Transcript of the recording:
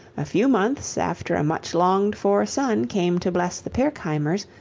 a few months after a much longed for son came to bless the pirkheimers,